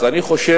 אז אני חושב